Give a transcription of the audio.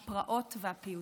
הפרעות והפיוטים.